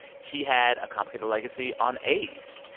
he had a complicated legacy on aids.